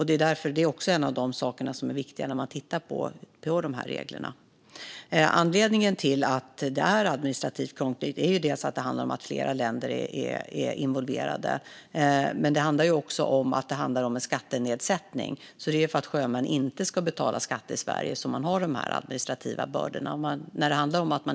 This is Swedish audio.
Det är en av de saker som är viktiga när vi tittar på de reglerna. Anledningarna till att det är administrativt krångligt är bland annat att det är flera länder som är involverade men också att det handlar om en skattenedsättning. Det är för att sjömän inte ska betala skatt i Sverige som man har de administrativa bördorna.